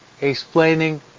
explaining